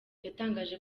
yatangaje